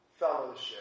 Fellowship